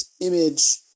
Image